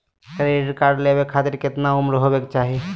Credit card लेवे खातीर कतना उम्र होवे चाही?